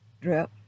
drip